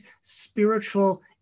spiritual